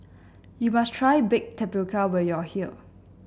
you must try Baked Tapioca when you are here